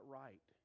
right